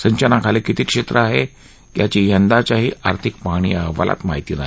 सिंचनाखाली किती क्षेत्र आहे याची यंदाच्याही आर्थिक पाहणी अहवालात माहिती नाही